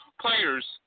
players